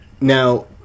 now